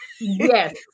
Yes